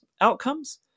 outcomes